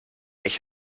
ich